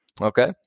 okay